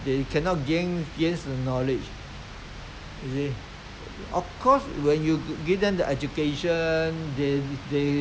then they can can read newspaper they can they can read a lot of news from the news they try to pick up this and that here and there you see